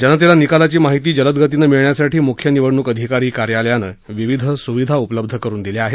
जनतेला निकालाची माहिती जलदगतीनं मिळण्यासाठी मुख्य निवडणूक अधिकारी कार्यालयानं विविध सुविधा उपलब्ध करुन दिल्या आहेत